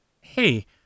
hey